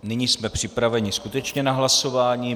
Nyní jsme připraveni skutečně na hlasování.